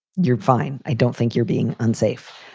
you're fine. i don't think you're being unsafe.